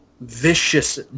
vicious